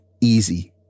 easy